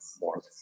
more